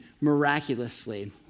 miraculously